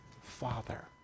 Father